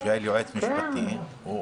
אני